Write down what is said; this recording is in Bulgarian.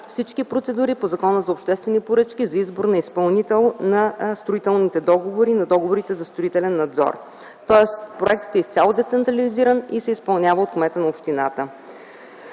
всички процедури по Закона за обществените поръчки за избор на изпълнител на строителните договори и на договорите за строителен надзор. Тоест проектът е изцяло децентрализиран и се изпълнява от кмета на общината.